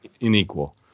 unequal